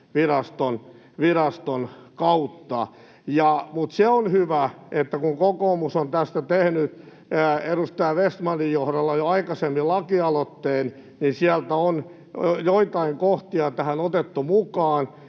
Energiaviraston kautta. Mutta se on hyvä, että kun kokoomus on tästä tehnyt edustaja Vestmanin johdolla jo aikaisemmin lakialoitteen, niin sieltä on joitain kohtia tähän otettu mukaan,